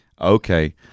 Okay